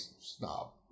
snob